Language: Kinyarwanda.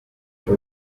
tuje